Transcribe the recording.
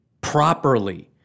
properly